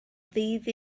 ddydd